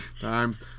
Times